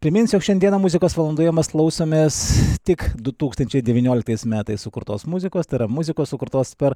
priminsiu jog šiandieną muzikos valandoje mes klausomės tik du tūkstančiai devynioliktais metais sukurtos muzikos tai yra muzikos sukurtos per